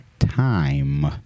time